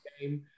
game